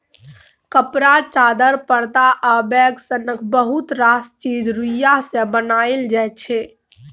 कपड़ा, चादर, परदा आ बैग सनक बहुत रास चीज रुइया सँ बनाएल जाइ छै